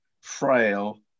frail